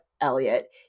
Elliot